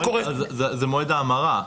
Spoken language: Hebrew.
זה מועד ההמרה.